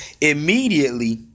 Immediately